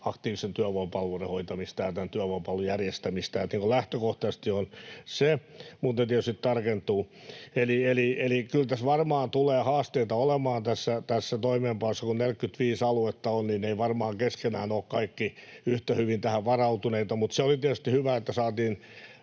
aktiivisten työvoimapalveluiden hoitamista ja työvoimapalvelun järjestämistä. Eli lähtökohtaisesti on se, mutta ne tietysti tarkentuvat. Eli kyllä tässä toimeenpanossa varmaan tulee haasteita olemaan, ja kun 45 aluetta on, niin ne eivät kaikki varmaan keskenään ole yhtä hyvin tähän varautuneita. Mutta se oli tietysti hyvä, että saatiin